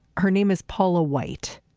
her name is paula white